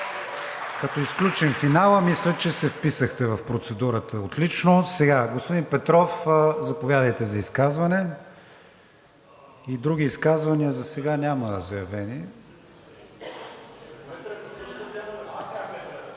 Като изключим финала, мисля, че се вписахте в процедурата отлично. Господин Петров, заповядайте за изказване. Други изказвания засега няма заявени.